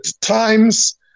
times